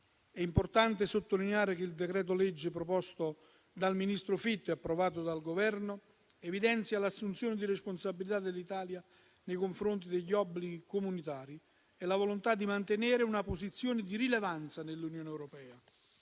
È importante sottolineare che il decreto-legge proposto dal ministro Fitto e approvato dal Governo evidenzia l'assunzione di responsabilità dell'Italia nei confronti degli obblighi comunitari e la volontà di mantenere una posizione di rilevanza nell'Unione europea.